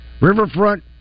Riverfront